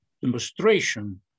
demonstration